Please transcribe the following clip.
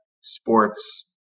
sports